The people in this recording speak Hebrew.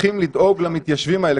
צריכים לדאוג למתיישבים האלה,